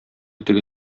теге